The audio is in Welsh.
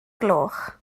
gloch